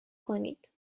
کنید